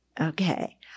okay